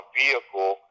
vehicle